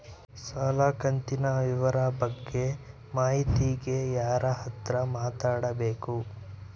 ಸಾಲ ಕಂತಿನ ವಿವರ ಬಗ್ಗೆ ಮಾಹಿತಿಗೆ ಯಾರ ಹತ್ರ ಮಾತಾಡಬೇಕು?